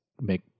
make